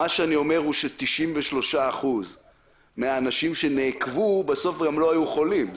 מה שאני אומר הוא ש-93% מהאנשים שנעקבו בסוף גם לא היו חולים.